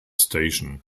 station